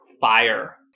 fire